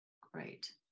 Great